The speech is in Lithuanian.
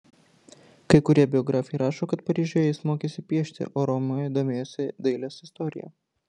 kai kurie biografai rašo kad paryžiuje jis mokėsi piešti o romoje domėjosi dailės istorija